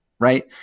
right